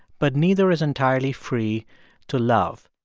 but neither is entirely free to love.